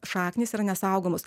šaknys yra nesaugomos